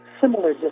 similar